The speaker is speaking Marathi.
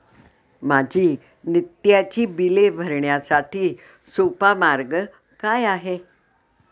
माझी नित्याची बिले भरण्यासाठी सोपा मार्ग काय आहे?